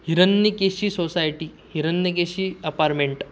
Hiranyakeshi society Hiranyakeshi apartment